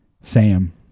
Sam